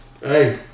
Hey